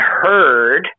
heard